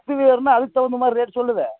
பத்து பேர்ன்னா அதுக்கு தகுந்த மாதிரி ரேட் சொல்லுவேன்